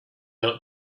out